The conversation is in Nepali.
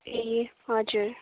ए हजुर